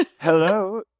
Hello